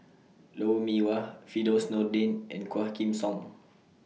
Lou Mee Wah Firdaus Nordin and Quah Kim Song